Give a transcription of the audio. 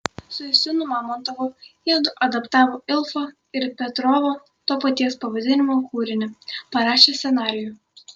su justinu mamontovu jiedu adaptavo ilfo ir petrovo to paties pavadinimo kūrinį parašė scenarijų